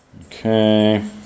Okay